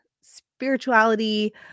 spirituality